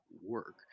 work